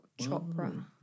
Chopra